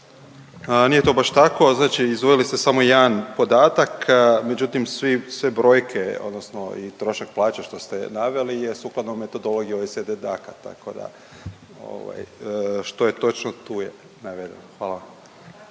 Nije to baš tako izdvojili ste samo jedan podatak, međutim sve brojke odnosno i trošak plaće što ste naveli je sukladno metodologiji OECD … tako da ovaj što je točno tu je navedeno. Hvala.